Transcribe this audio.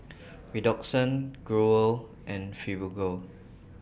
Redoxon Growell and Fibogel